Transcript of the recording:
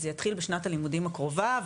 וזה יתחיל בשנת הלימודים הקרובה,